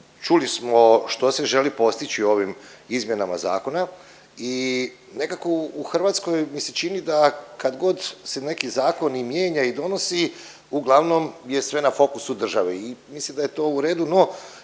Čuli smo što se želi postići ovim izmjenama zakona i nekako u Hrvatskoj mi se čini da kad god se neki zakon i mijenja i donosi uglavnom je sve na fokusu države i mislim da je to u redu no